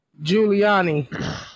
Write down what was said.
Giuliani